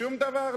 שום דבר לא.